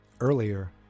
earlier